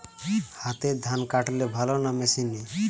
হাতে ধান কাটলে ভালো না মেশিনে?